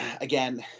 again